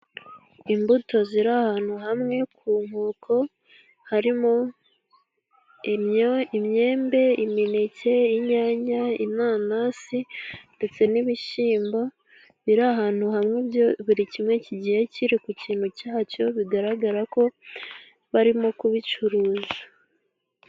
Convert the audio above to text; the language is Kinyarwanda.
Imbuto ziri ahantu hamwe ku nkoko, harimo imyembe, imineke, inyanya, inanasi, ndetse n'ibishyimbo, biri ahantu hamwe, buri kimwe kigiye kiri ku kintu cyacyo, bigaragara ko barimo kubicuruza.